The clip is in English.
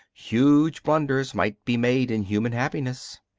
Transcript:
huge blunders might be made in human happiness.